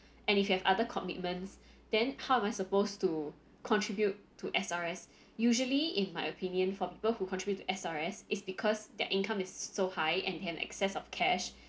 and if you have other commitments then how am I supposed to contribute to S_R_S usually in my opinion for people who contribute to S_R_S is because their income is so high and can excess of cash